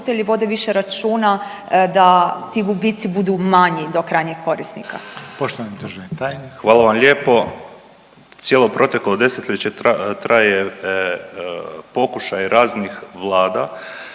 Hvala vam lijepo. Cijelo proteklo desetljeće traje pokušaj raznih vlada